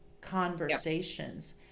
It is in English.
conversations